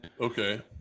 Okay